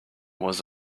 was